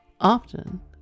Often